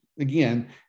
Again